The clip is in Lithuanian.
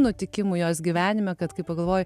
nutikimų jos gyvenime kad kai pagalvoji